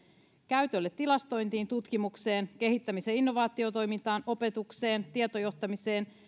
käytölle tilastointiin tutkimukseen kehittämis ja innovaatiotoimintaan opetukseen tietojohtamiseen